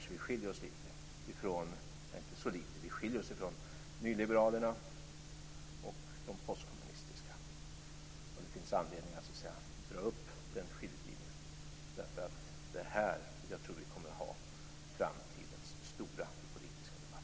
Där skiljer vi oss från nyliberalerna och de postkommunistiska. Det finns anledning att dra upp den skiljelinjen. Det är nämligen här jag tror att vi kommer att ha framtidens stora politiska debatt.